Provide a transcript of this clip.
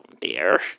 dear